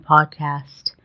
Podcast